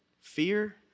fear